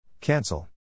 Cancel